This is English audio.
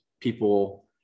people